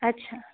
अच्छा